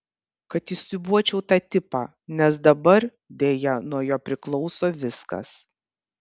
kad įsiūbuočiau tą tipą nes dabar deja nuo jo priklauso viskas